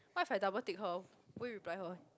what if I double tick her will you reply her